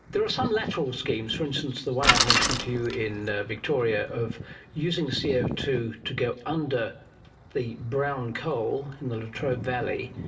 there are some lateral schemes, for instance the one i've mentioned to in victoria or using c o two to go under the brown coal in the latrobe valley.